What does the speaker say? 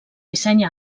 disseny